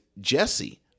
Jesse